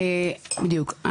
בדיוק.